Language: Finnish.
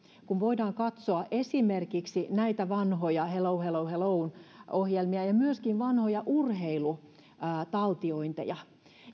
kun voidaan katsoa esimerkiksi näitä vanhoja hello hello hello ohjelmia ja myöskin vanhoja urheilutaltiointeja